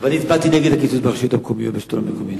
ואני הצבעתי נגד הקיצוץ ברשויות המקומיות ובשלטון המקומי,